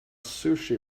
sushi